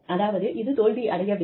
அதாவது இது தோல்வியடைவில்லை